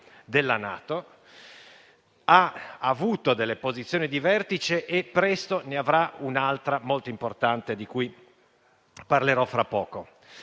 della NATO, ha avuto delle posizioni di vertice e presto ne avrà un'altra molto importante di cui parlerò fra poco.